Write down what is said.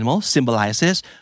symbolizes